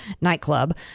nightclub